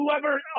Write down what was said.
whoever